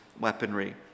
weaponry